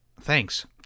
thanks